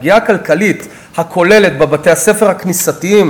הפגיעה הכלכלית הכוללת בבתי-הספר הכנסייתיים